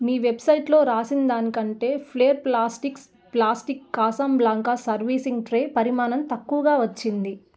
మీ వెబ్సైట్లో రాసిన దానికంటే ఫ్లేర్ ప్లాస్టిక్స్ ప్లాస్టిక్ కాసం బ్లాంకా సర్వీసింగ్ ట్రే పరిమాణం తక్కువగా వచ్చింది